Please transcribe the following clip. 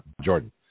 Jordan